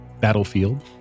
battlefield